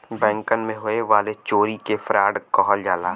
बैंकन मे होए वाले चोरी के बैंक फ्राड कहल जाला